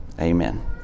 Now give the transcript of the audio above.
Amen